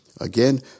Again